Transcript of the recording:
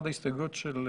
הסתייגות מס'